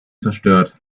zerstört